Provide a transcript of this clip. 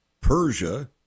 Persia